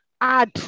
add